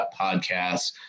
podcasts